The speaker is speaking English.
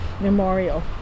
Memorial